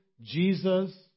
Jesus